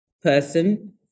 person